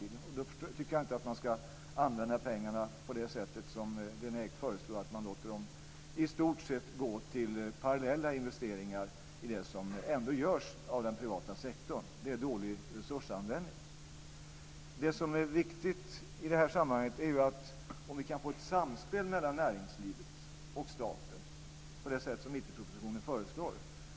Jag tycker inte att man ska använda pengarna på det sätt som Lena Ek föreslår, dvs. låta dem i stort sett gå till parallella investeringar till dem som ändå görs av den privata sektorn. Det är dålig resursanvändning. Det som är viktigt i det här sammanhanget är att få till stånd ett samspel mellan näringslivet och staten på det sätt som föreslås i IT-propositionen.